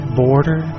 border